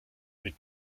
mit